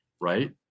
right